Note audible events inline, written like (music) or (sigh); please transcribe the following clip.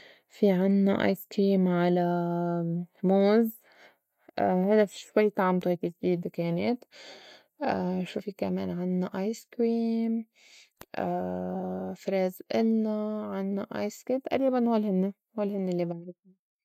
في عنّا آيس كريم على موز (hesitation) هيدا شوي هيك طعمتو جديدة كانت، (hesitation) شو في كمان عنّا آيس كريم؟ (hesitation) فريز إلنا، عنّا آيس كريم تئريباً هول هنّي هول هنّي الّي بعرفُن.